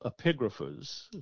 epigraphers